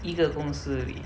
一个公司而已